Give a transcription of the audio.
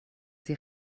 sie